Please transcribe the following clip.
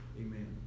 Amen